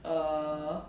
err